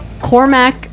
Cormac